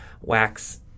wax